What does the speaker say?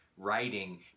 Writing